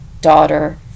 daughter